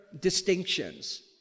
distinctions